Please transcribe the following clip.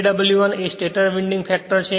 Kw1 એ stator winding factor છે